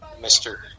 Mr